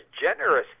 generous